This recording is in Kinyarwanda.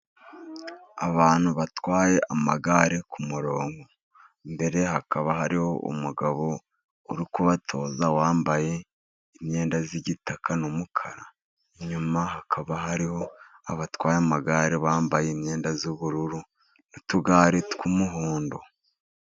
Abantu batwaye amagare ku murongo. Imbere hakaba hariho umugabo uri kubatoza, wambaye imyenda y'igitaka n'umukara. Inyuma hakaba hariho abatwaye amagare, bambaye imyenda y'ubururu, n'utugare tw'umuhondo.